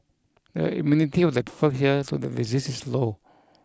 the immunity of the people here to the disease is low